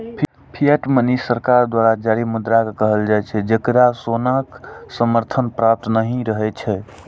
fiat money सरकार द्वारा जारी मुद्रा कें कहल जाइ छै, जेकरा सोनाक समर्थन प्राप्त नहि रहै छै